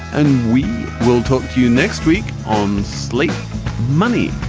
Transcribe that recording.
and we will talk to you next week on sleep money